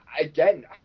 again